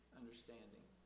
understanding